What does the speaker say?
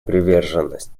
приверженность